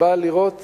שבאה לראות